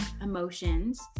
emotions